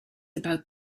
about